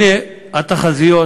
הנה, התחזיות